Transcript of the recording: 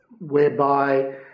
whereby